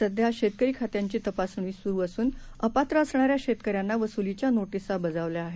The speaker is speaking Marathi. सध्या शेतकरी खात्यांची तपासणी सुरू असून अपात्र असणाऱ्या शेतकऱ्यांना वसुलीच्या नोटीसा बजावल्या आहेत